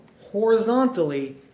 horizontally